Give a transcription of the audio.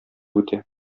үтә